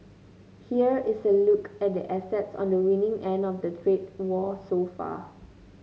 here's a look at the assets on the winning end of the trade war so far